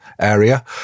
area